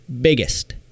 biggest